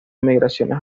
migraciones